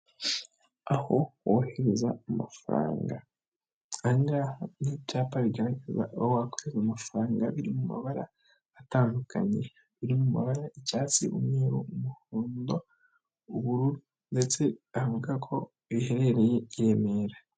Aho wohereza amafaranga, ahangaha ni ibyapa bigaragaza aho wakohereza amafaranga biri mu mabara atandukanye, biri mu ma bara icyatsi, umweru, umuhondo, ubururu ndetse bavuga ko biherereye i Remera.